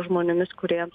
žmonėmis kurie